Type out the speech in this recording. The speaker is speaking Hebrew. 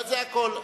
זה הכול.